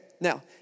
now